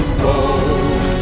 bold